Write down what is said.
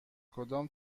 کدام